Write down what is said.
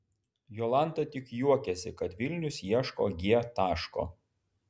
jolanta tik juokiasi kad vilnius ieško g taško